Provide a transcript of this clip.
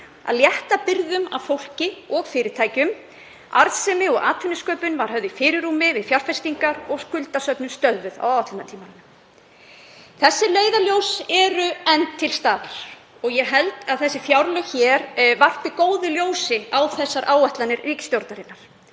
að létta byrðum af fólki og fyrirtækjum. Arðsemi og atvinnusköpun var höfð í fyrirrúmi við fjárfestingar og skuldasöfnun stöðvuð á áætlunartímanum. Þessi leiðarljós eru enn til staðar og ég held að þessi fjárlög hér varpi góðu ljósi á þessar áætlanir ríkisstjórnarinnar